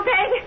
Peg